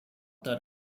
that